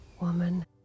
woman